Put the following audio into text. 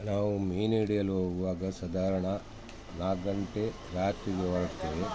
ನಾವು ಮೀನು ಹಿಡಿಯಲು ಹೋಗುವಾಗ ಸಾಧಾರ್ಣ ನಾಲ್ಕು ಗಂಟೆ ರಾತ್ರಿಗೆ ಹೊರ್ಡ್ತೇವೆ